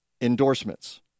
endorsements